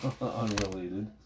unrelated